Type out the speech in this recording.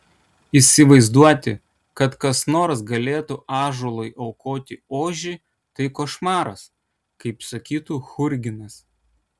įsivaizduoti kad kas nors galėtų ąžuolui aukoti ožį tai košmaras kaip sakytų churginas